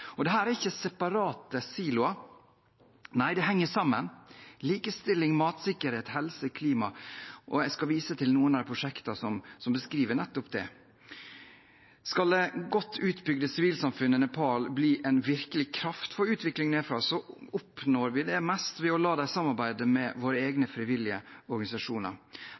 Og dette er ikke separate siloer. Nei, de henger sammen: likestilling, matsikkerhet, helse og klima, og jeg skal vise til noen av prosjektene som beskriver nettopp det. Skal det godt utbygde sivilsamfunnet i Nepal bli en virkelig kraft for utvikling nedenfra, oppnår vi mest ved å la dem samarbeide med våre egne frivillige organisasjoner.